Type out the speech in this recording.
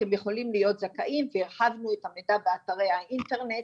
אתם יכולים להיות זכאים והרחבנו את המידע באתרי האינטרנט.